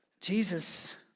Jesus